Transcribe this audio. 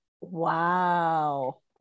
wow